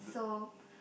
so